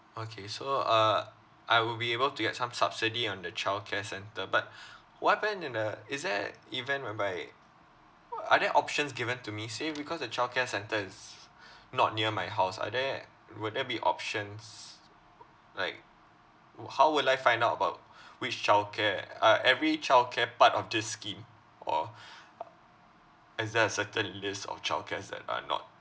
okay so uh I will be able to get some subsidy on the childcare centre but what happen in the is there event whereby are there options given to me say because the childcare centre is not near my house are there would there be options like wou~ how will I find out about which childcare are every childcare part of this scheme or is there a certain list of childcares that are not